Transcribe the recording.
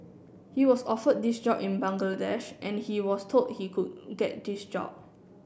he was offered this job in Bangladesh and he was told he could get this job